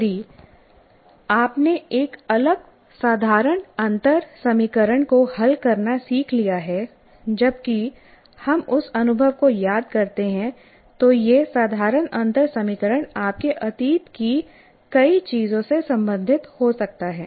यदि आपने एक अलग साधारण अंतर समीकरण को हल करना सीख लिया है जबकि हम उस अनुभव को याद करते हैं तो यह साधारण अंतर समीकरण आपके अतीत की कई चीजों से संबंधित हो सकता है